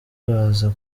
baza